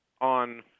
on